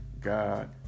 God